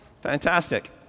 Fantastic